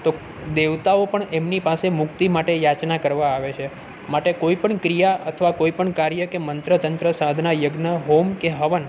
તો દેવતાઓ પણ એમની પાસે મુક્તિ માટે યાચના કરવા આવે છે માટે કોઈપણ ક્રિયા અથવા કોઈપણ કાર્ય કે મંત્ર તંત્ર સાધના યજ્ઞ હોમ કે હવન